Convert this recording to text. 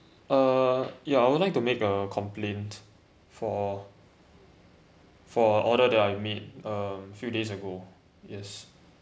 uh ya I would like to make a complaint for for order that I made a few days ago yes